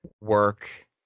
work